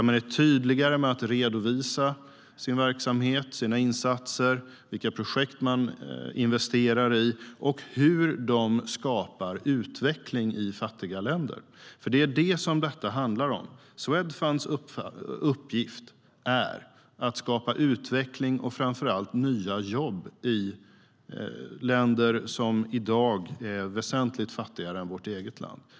Man är tydligare med att redovisa sin verksamhet, sina insatser, vilka projekt man investerar i och hur de skapar utveckling i fattiga länder. Det är det som detta handlar om. Swedfunds uppgift är att skapa utveckling och framför allt nya jobb i länder som i dag är väsentligt fattigare än vårt eget land.